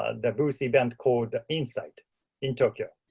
ah the booth event called insight in tokyo.